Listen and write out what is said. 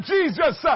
Jesus